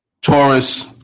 Taurus